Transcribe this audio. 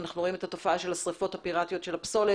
אנחנו רואים את התופעה של השריפות הפירטיות של הפסולת,